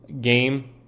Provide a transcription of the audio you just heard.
game